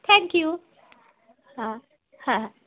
thank you হ্যাঁ হ্যাঁ হ্যাঁ